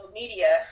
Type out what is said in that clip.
media